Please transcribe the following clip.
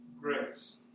grace